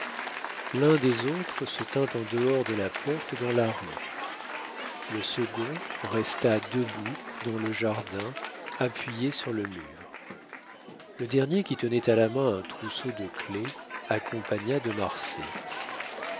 l'un des trois autres se tint en dehors de la porte dans la rue le second resta debout dans le jardin appuyé sur le mur le dernier qui tenait à la main un trousseau de clefs accompagna de marsay